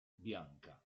bianca